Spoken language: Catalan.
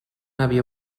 avió